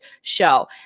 show